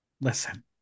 Listen